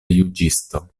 juĝisto